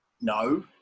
no